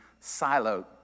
siloed